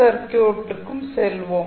சர்க்யூட்டுக்கும் செல்வோம்